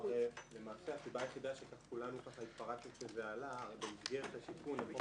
למעשה הסיבה היחידה שכולנו התפרצנו כשזה עלה היא שבמסגרת התיקון לחוק